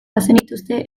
bazenituzte